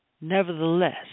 Nevertheless